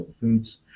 foods